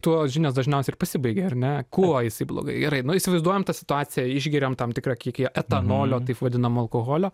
tuo žinios dažniausiai ir pasibaigia ar ne kuo jisai blogai gerai nu įsivaizduojam tą situaciją išgeriam tam tikrą kiekį etanolio taip vadinamo alkoholio